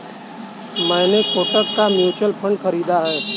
मैंने कोटक का mutual fund खरीदा है